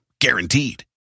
Guaranteed